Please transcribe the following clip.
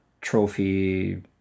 trophy